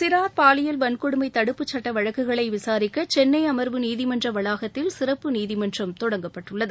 சிறார் பாலியல் வன்கொடுமை தடுப்புச் சட்ட வழக்குகளை விசாரிக்க சென்னை அமா்வு நீதிமன்ற வளாகத்தில் சிறப்பு நீதிமன்றம் தொடங்கப்பட்டுள்ளது